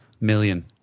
million